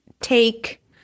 take